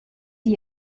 the